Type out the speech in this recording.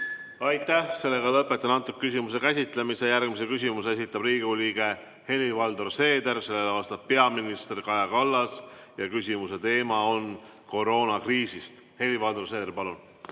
Aitäh! Lõpetan selle küsimuse käsitlemise. Järgmise küsimuse esitab Riigikogu liige Helir-Valdor Seeder. Sellele vastab peaminister Kaja Kallas ja küsimuse teema on koroonakriis. Helir-Valdor Seeder, palun!